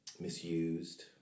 misused